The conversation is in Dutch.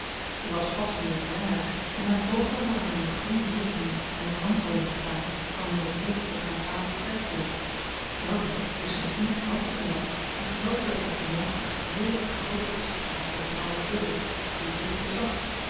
zij was pas meerderjarig en hare voogden hadden haar nog geene rekening en verantwoording gedaan van hun beheer over haar vaderlijk erfdeel zelve wist ze nog niet wàt ze bezat en geloofde dat haar vermogen geheel op het grootboek was geplaatst om bepaalde redenen die ik licht doorzag